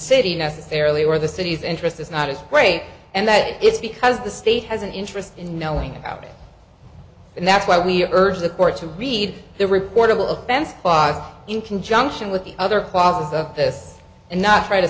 city necessarily or the city's interest is not as great and that it's because the state has an interest in knowing about it and that's why we urge the court to read the reportable offense but in conjunction with the other qualities of this and not try to